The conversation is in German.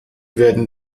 werden